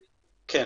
כן.